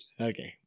Okay